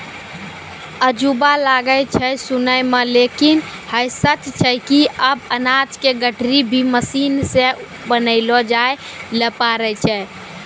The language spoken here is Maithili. अजूबा लागै छै सुनै मॅ लेकिन है सच छै कि आबॅ अनाज के गठरी भी मशीन सॅ बनैलो जाय लॅ पारै छो